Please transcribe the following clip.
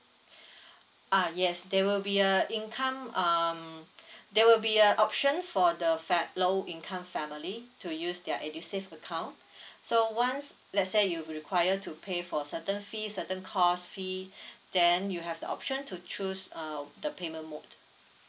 ah yes there will be a income um there will be a option for the fa~ low income family to use their edusave account so once let's say you require to pay for a certain fee certain cost fee then you have the option to choose um the payment mode